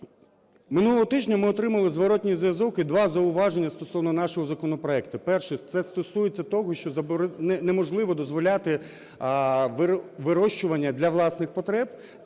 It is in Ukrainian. Минулого тижня ми отримали зворотній зв'язок і два зауваження стосовно нашого законопроекту. Перше – це стосується того, що неможливо дозволяти вирощування для власних потреб